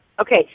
Okay